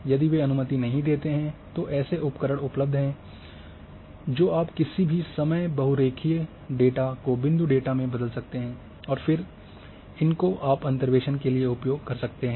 यदि वे अनुमति नहीं देते हैं तो ऐसे उपकरण उपलब्ध हैं जो आप किसी भी समय बहुरेखीय डेटा को बिंदु डेटा में बदल सकते हैं और फिर इनको आप अंतर्वेसन के लिए उपयोग कर सकते हैं